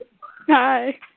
Hi